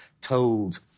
told